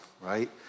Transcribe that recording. right